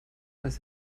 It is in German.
als